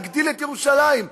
להגדיל את ירושלים.